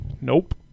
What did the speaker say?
nope